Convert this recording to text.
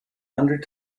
hundred